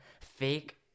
fake